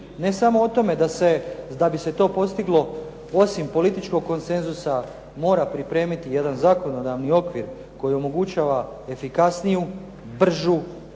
Ne samo o tome da bi se to postiglo osim političkog konsenzusa mora pripremiti jedan zakonodavni okvir koji omogućava efikasniju, bržu